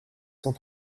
cent